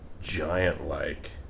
Giant-like